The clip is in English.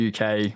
uk